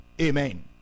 Amen